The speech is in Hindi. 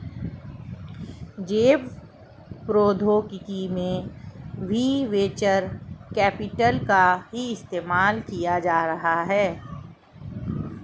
जैव प्रौद्योगिकी में भी वेंचर कैपिटल का ही इस्तेमाल किया जा रहा है